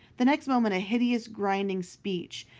the next moment a hideous, grinding speech,